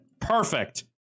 Perfect